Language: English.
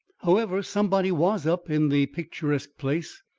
however, somebody was up in the picturesque place.